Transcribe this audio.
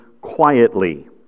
quietly